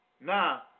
Now